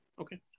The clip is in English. Okay